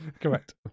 Correct